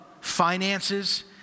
finances